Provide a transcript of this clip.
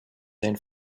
sein